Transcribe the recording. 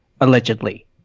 allegedly